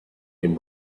him